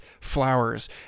flowers